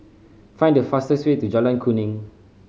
find the fastest way to Jalan Kuning